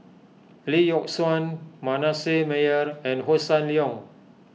Lee Yock Suan Manasseh Meyer and Hossan Leong